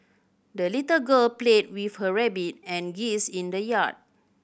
the little girl played with her rabbit and geese in the yard